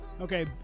Okay